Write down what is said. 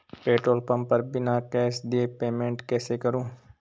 Petrol pump पर बिना cash दिए पेमेंट कैसे करूँ?